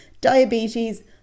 diabetes